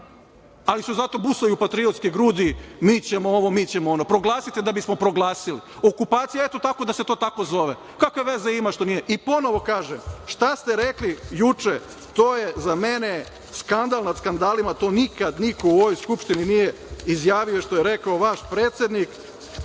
ali se zato busaju u patriotske grudi, mi ćemo ovo, mi ćemo ono, proglasite da bismo proglasili. Okupacija, eto tako da se to tako zove, kakve veze ima što nije. Ponovo kažem, šta ste rekli juče, to je za mene skandal nad skandalima, to nikada niko u ovoj Skupštini nije izjavio što je rekao vaš predsednik,